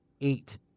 eight